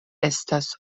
estas